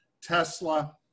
Tesla